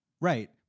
Right